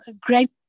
great